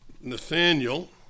Nathaniel